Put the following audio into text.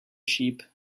sheep